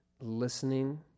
listening